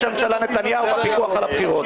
ראש הממשלה נתניהו בפיקוח על הבחירות.